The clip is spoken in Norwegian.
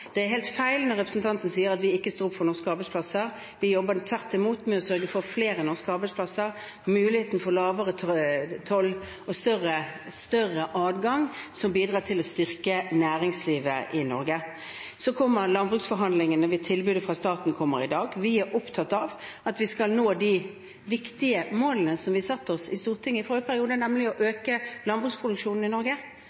Det er helt feil når representanten sier at vi ikke har stått opp for norske arbeidsplasser. Vi jobber tvert imot med å sørge for å få flere norske arbeidsplasser og muligheten til lavere toll og større adgang, som bidrar til å styrke næringslivet i Norge. Så kommer landbruksforhandlingene. Tilbudet fra staten kommer i dag. Vi er opptatt av at vi skal nå de viktige målene som vi satte oss i forrige periode i Stortinget, nemlig å